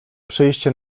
przyjście